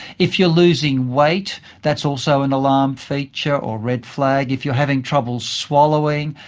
if you are losing weight, that's also an alarm feature or red flag. if you are having trouble swallowing,